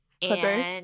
Clippers